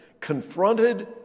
confronted